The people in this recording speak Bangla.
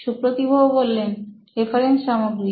সুপ্রতিভ রেফারেন্স সামগ্রী